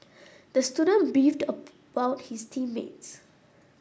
the student beefed about his team mates